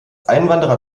einwanderer